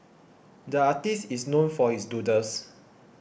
the artist is known for his doodles